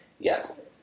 Yes